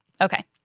Okay